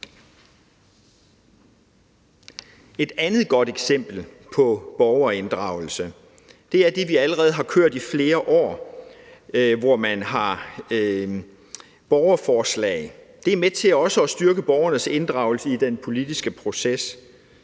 Et andet godt eksempel på borgerinddragelse er det, vi allerede har kørt i flere år, hvor man har indført borgerforslag. Det er også med til at styrke borgernes inddragelse i den politiske proces.